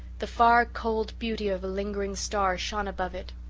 the far, cold beauty of a lingering star shone above it.